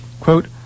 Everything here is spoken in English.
Quote